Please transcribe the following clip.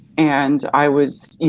and i was you